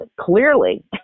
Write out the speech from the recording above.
clearly